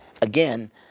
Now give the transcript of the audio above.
Again